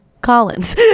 Collins